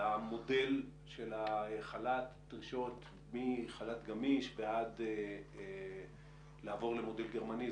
למודל של החלת דרישות מחל"ת גמיש ועד לעבור למודל גרמני,